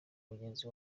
mugenzi